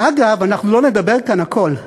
אגב, אנחנו לא נדבר כאן הכול,